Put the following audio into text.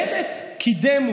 בנט קידם,